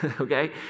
okay